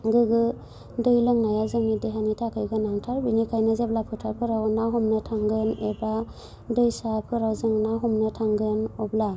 गोगो दै लोंनाया जोंनि देहानि थाखाय गोनांथार बेनिखायनो जेब्ला फोथारफोराव ना हमनो थांगोन एबा दैसाफोराव जों ना हमनो थांगोन अब्ला